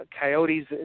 coyotes